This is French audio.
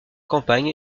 campagne